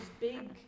big